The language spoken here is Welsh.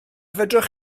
fedrwch